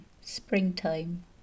springtime